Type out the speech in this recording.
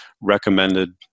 recommended